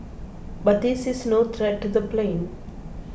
but this is no threat to the plane